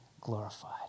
glorified